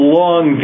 long